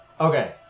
Okay